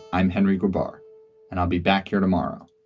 i'm henry goodbar and i'll be back here tomorrow.